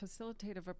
facilitative